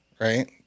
right